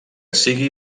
sigui